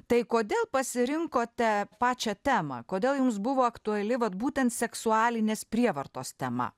tai kodėl pasirinkote pačią temą kodėl jums buvo aktuali vat būtent seksualinės prievartos tema